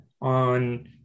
on